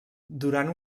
durant